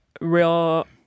real